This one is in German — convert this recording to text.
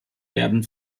werden